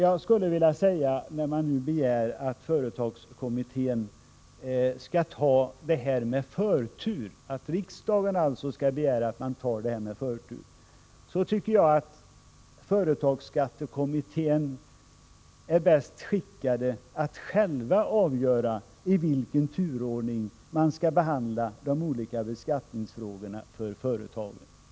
Reservanterna begär nu att riksdagen skall hemställa att företagsskattekommittén skall behandla denna fråga med förtur. Jag vill hävda, att kommittén själv är bäst skickad att avgöra i vilken turordning den skall behandla de olika skattefrågor som gäller företagen.